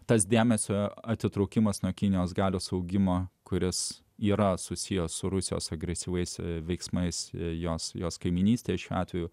tas dėmesio atitraukimas nuo kinijos galios augimo kuris yra susiję su rusijos agresyviais veiksmais jos jos kaimynystėje šiuo atveju